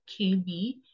kb